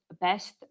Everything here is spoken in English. best